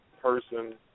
person